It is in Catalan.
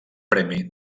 premi